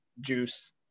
juice